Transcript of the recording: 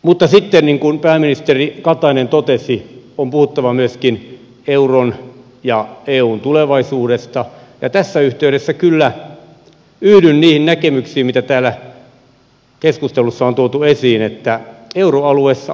mutta sitten niin kuin pääministeri katainen totesi on puhuttava myöskin euron ja eun tulevaisuudesta ja tässä yhteydessä kyllä yhdyn niihin näkemyksiin joita täällä keskustelussa on tuotu esiin että euroalueessa on valuvikoja